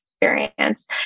experience